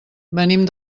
venim